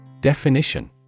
Definition